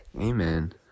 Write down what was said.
Amen